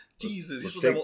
Jesus